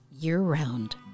year-round